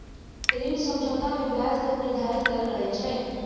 ऋण समझौता मे ब्याज दर निर्धारित कयल रहैत छै